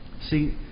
See